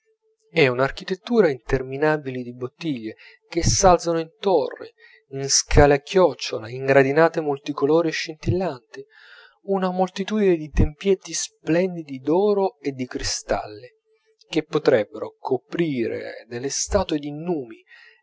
è un'architettura interminabile di bottiglie che s'alzano in torri in scale a chiocciola in gradinate multicolori e scintillanti una moltitudine di tempietti splendidi d'oro e di cristalli che potrebbero coprire delle statue di numi